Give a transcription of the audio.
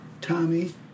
Tommy